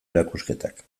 erakusketak